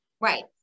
Right